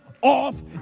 off